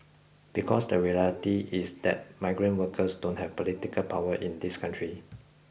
because the reality is that migrant workers don't have political power in this country